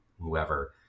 whoever